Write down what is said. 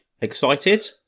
Excited